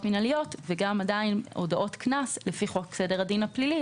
מינהליות וגם הודעות קנס לפי חוק סדר הדין הפלילי.